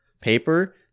paper